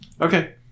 Okay